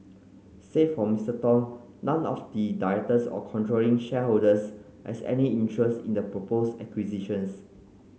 save for Mister Tong none of the directors or controlling shareholders has any interest in the propose acquisitions